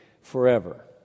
forever